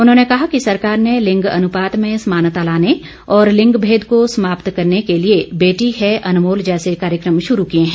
उन्होंने कहा कि सरकार ने लिंग अनुपात में समानता लाने और लिंग भेद को समाप्त करने के लिए बेटी है अनमोल जैसे कार्यक्रम शुरू किए हैं